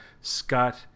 Scott